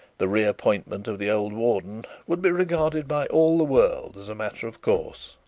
the re-appointment of the old warden would be regarded by all the world as a matter of course.